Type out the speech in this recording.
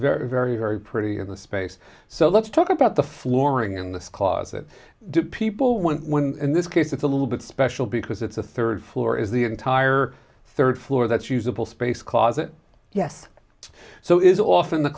very very very pretty in the space so let's talk about the flooring in this closet do people want when in this case it's a little bit special because it's a third floor is the entire third floor that's usable space closet yes so is often the